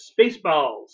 Spaceballs